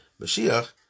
Mashiach